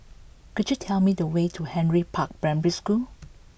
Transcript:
could you tell me the way to Henry Park Primary School